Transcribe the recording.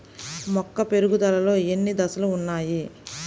మొక్క పెరుగుదలలో ఎన్ని దశలు వున్నాయి?